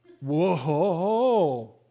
Whoa